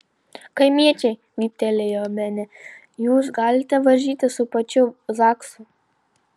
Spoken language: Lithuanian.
kaimiečiai vyptelėjo bene jūs galite varžytis su pačiu zaksu